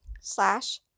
slash